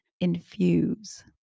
infuse